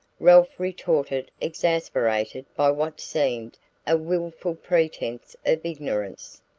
ralph retorted, exasperated by what seemed a wilful pretense of ignorance.